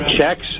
checks